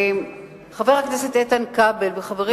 חבר הכנסת איתן כבל וחברים נוספים,